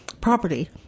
property